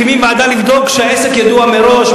מקימים ועדה לבדוק כשהעסק ידוע מראש,